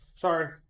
Sorry